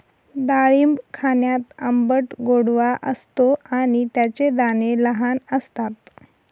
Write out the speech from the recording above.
डाळिंब खाण्यात आंबट गोडवा असतो आणि त्याचे दाणे लहान असतात